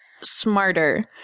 smarter